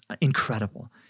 incredible